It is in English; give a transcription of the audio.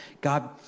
God